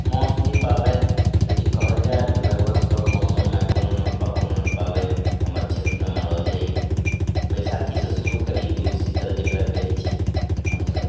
मौसमी पाबनि यदि कहल जाय तऽ लगभग सभ मौसममे कोनो ने कोनो पाबैन हमर क्षेत्रमे मनाओल जाइए बैसाखीसँ शुरू करी जुड़शीतल जकरा कहय छी हमसभ